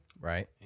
right